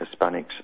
Hispanics